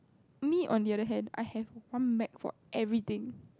me on the other hand I have one bag for everything